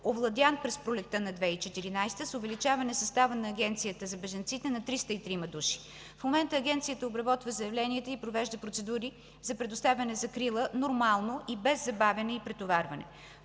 овладян през пролетта на 2014 г. с увеличаване състава на Агенцията за бежанците на 303-ма души. В момента Агенцията обработва заявленията и провежда процедури за предоставяне закрила нормално и без забавяне и претоварване.